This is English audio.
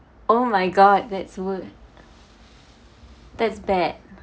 oh my god that's wor~ that's bad